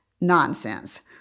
nonsense